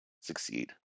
succeed